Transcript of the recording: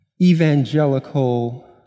evangelical